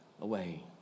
away